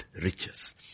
riches